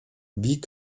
wie